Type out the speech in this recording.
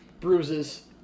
bruises